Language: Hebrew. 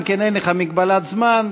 גם לך אין מגבלת זמן.